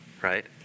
Right